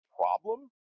problem